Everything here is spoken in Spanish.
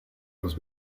los